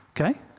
okay